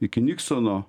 iki niksono